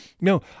No